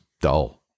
dull